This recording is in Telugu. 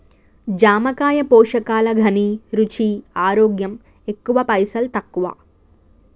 జామకాయ పోషకాల ఘనీ, రుచి, ఆరోగ్యం ఎక్కువ పైసల్ తక్కువ